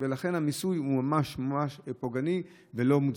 ולכן המיסוי הוא ממש ממש פוגעני ולא מוצדק.